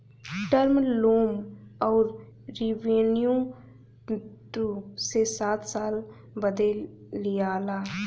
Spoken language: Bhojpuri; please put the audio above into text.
टर्म लोम अउर रिवेन्यू दू से सात साल बदे लिआला